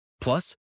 Plus